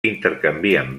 intercanvien